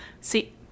See